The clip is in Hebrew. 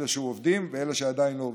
אלה שעובדים ואלה שעדיין לא עובדים.